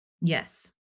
yes